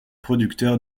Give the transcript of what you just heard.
producteur